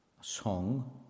song